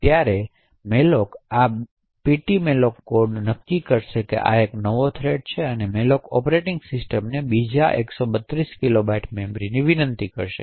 છેત્યારે malloc આ ptmalloc code નક્કી કરશે કે આ એક નવી થ્રેડ છે અને malloc ઓપરેટિંગ સિસ્ટમ ને બીજી 132 કિલોબાઇટ મેમરી વિનંતી કરશે